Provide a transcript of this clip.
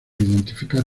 identificar